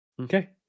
Okay